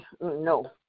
No